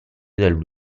degli